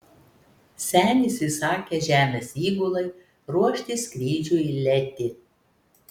senis įsakė žemės įgulai ruošti skrydžiui letį